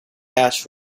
ash